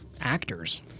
actors